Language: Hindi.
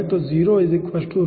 तो 0